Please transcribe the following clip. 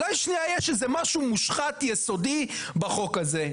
אולי שנייה יש איזה משהו מושחת יסודי בחוק הזה?